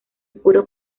puro